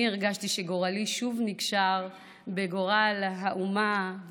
הרגשתי בה שגורלי שוב נקשר בגורל האומה,